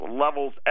levels